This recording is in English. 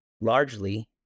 largely